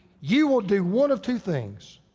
you will do one of two things.